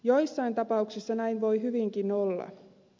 joissain tapauksissa näin voi hyvinkin olla